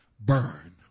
burn